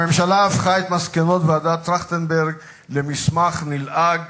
הממשלה הפכה את מסקנות ועדת-טרכטנברג למסמך נלעג